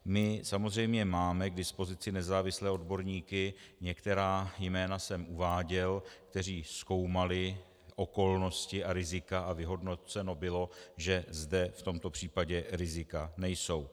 My samozřejmě máme k dispozici nezávislé odborníky, některá jména jsem uváděl, kteří zkoumali okolnosti a rizika, a vyhodnoceno bylo, že zde v tomto případě rizika nejsou.